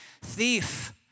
thief